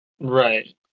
Right